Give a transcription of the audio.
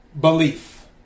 Belief